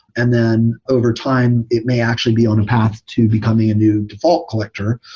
and then overtime, it may actually be on a path to becoming a new default collector,